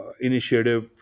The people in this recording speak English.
initiative